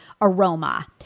aroma